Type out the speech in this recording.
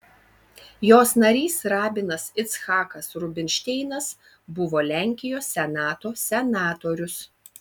jos narys rabinas icchakas rubinšteinas buvo lenkijos senato senatorius